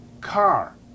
car